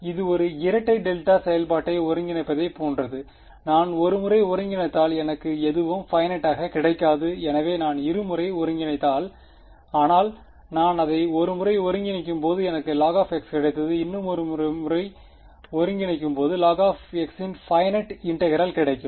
எனவே இது ஒரு இரட்டை டெல்டா செயல்பாட்டை ஒருங்கிணைப்பதைப் போன்றது நான் ஒரு முறை ஒருங்கிணைத்தால் எனக்கு எதுவும் பைனைட்டாக கிடைக்காது எனவே நான் இருமுறை ஒருங்கிணைத்தால் ஆனால் நான் அதை ஒரு முறை ஒருங்கிணைக்கும் பொது எனக்கு log கிடைத்தது இன்னும் ஒருமுறை ஒருங்கிணைக்கும் பொது log ன் பைனைட் இன்டெகிரெல் கிடைக்கும்